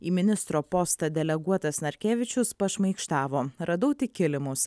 į ministro postą deleguotas narkevičius pašmaikštavo radau tik kilimus